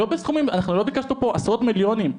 אנחנו לא ביקשנו פה עשרות מיליונים.